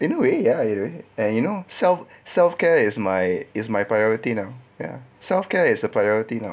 in a way ya and you know self self-care is my is my priority now ya self-care is a priority now